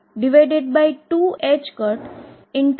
તેથી આ boundary condition દ્વારા આ હલ થવાનું છે